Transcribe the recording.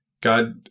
God